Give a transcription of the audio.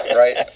right